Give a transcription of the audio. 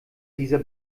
dieser